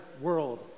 world